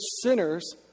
sinners